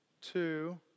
two